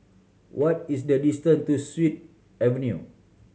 what is the distant to Sut Avenue